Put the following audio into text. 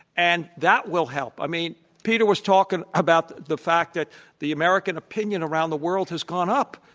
and that will help. i mean, peter was talking about the fact that the american opinion around the world has gone up.